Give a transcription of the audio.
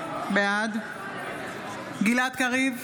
בעד גלעד קריב,